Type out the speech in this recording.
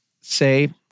say